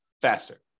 faster